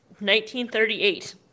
1938